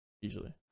usually